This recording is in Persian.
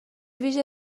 ویژه